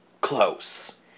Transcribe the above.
close